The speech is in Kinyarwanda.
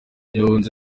yahunze